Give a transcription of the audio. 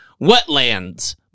wetlands